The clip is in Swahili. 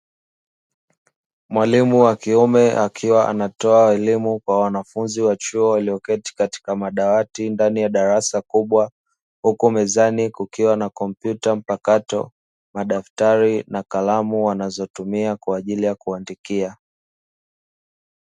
Mwalimu wa kiume akiwa anatoa elimu kwa wanafunzi wa chuo walioketi katika madawati ndani ya darasa kubwa, huku mezani kukiwa na kompyuta mpakato, madaftari na kalamu wanazotumia kwa ajili ya kuandikia.